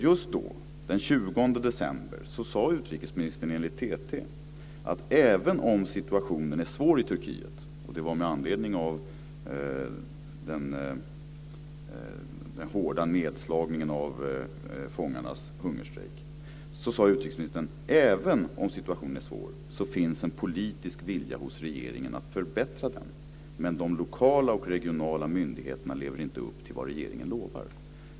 Just då, den 20 december, sade utrikesministern enligt TT med anledning av den hårda nedslagningen av fångarnas hungerstrejk: Även om situationen är svår så finns en politisk vilja hos regeringen att förbättra den. Men de lokala och regionala myndigheterna lever inte upp till vad regeringen lovar.